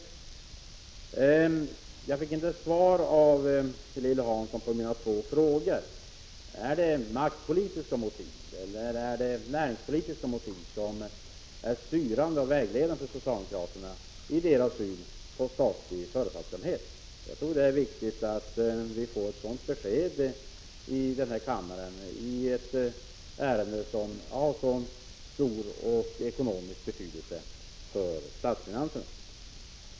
å Jag fick inte något svar av Lilly Hansson på det jag frågat om: Ar det maktpolitiska motiv eller är det näringspolitiska motiv som är styrande och vägledande när det gäller socialdemokraternas syn på statlig företagsamhet? Jag tror att det är viktigt att kammaren nu får besked om hur det förhåller sig i denna fråga som har så stor ekonomisk betydelse för statsfinanserna.